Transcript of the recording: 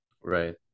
Right